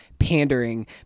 pandering